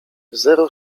zero